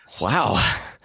Wow